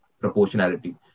proportionality